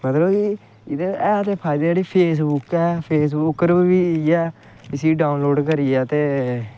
मतलब कि ऐ ते फैदा जेह्ड़ी फेसबुक ऐ फेसबुक पर बी इ'यै ऐ इस्सी डाउनलोड़ करियै ते